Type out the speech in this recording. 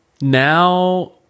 now